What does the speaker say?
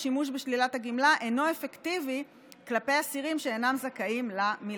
השימוש בשלילת הגמלה אינו אפקטיבי כלפי אסירים שאינם זכאים לה מלכתחילה.